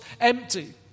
empty